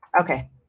Okay